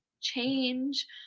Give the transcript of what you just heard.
change